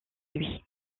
lui